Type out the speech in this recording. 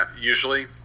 Usually